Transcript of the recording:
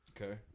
Okay